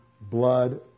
blood